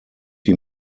die